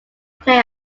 play